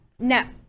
No